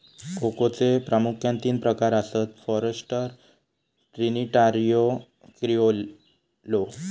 कोकोचे प्रामुख्यान तीन प्रकार आसत, फॉरस्टर, ट्रिनिटारियो, क्रिओलो